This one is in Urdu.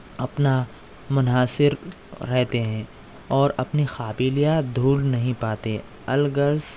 اپنا منحصر رہتے ہیں اور اپنی قابیلیاں ڈھونڈ نہیں پاتے الغرض